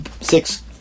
Six